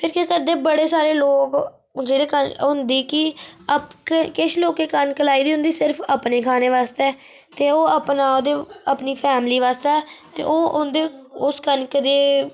फिर केह् करदे बड़े सारे लोग जेह्ड़े हुंदी कि किश लोकें कनक लाई दी होंदी सिर्फ अपने खाने आस्तेैते ओह् अपना ते अपनी फैमिली आस्तै ते ओह् उंदे उस कनक दे